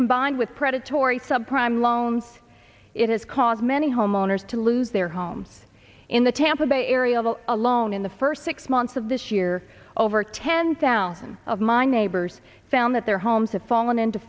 combined with predatory subprime loans it has caused many homeowners to lose their homes in the tampa bay area will alone in the first six months of this year over ten thousand of my neighbors found that their homes have fallen into